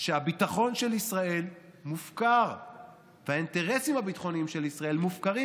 שהביטחון של ישראל מופקר והאינטרסים הביטחוניים של ישראל מופקרים,